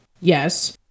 yes